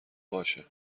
باشه